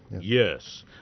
Yes